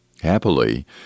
Happily